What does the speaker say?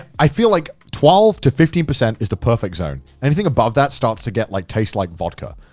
i feel like twelve to fifteen percent is the perfect zone. anything above that starts to get like, tastes like vodka,